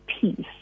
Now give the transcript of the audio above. peace